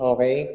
Okay